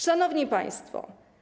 Szanowni Państwo!